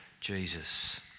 Jesus